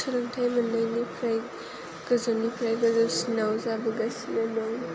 सोलोंथाय मोननायनिफ्राय गोजौनिफ्राय गोजौसिनाव जाबोगासिनो दं